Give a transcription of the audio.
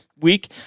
week